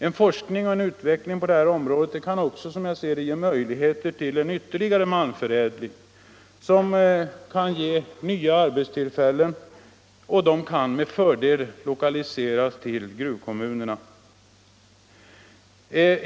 En forskning och en utveckling på det här området kan, enligt min mening, också ge möjlighet till en ytterligare malmförädling, som kan medföra nya arbetstillfällen, vilka med fördel kan lokaliseras till gruvkommunerna.